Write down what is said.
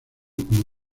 como